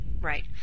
Right